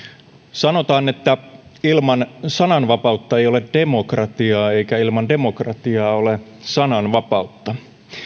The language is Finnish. sanotaan että ilman sananvapautta ei ole demokratiaa eikä ilman demokratiaa ole sananvapautta